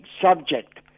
subject